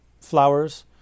flowers